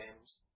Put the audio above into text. games